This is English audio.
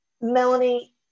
Melanie